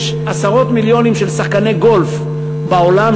יש עשרות מיליונים של שחקני גולף בעולם,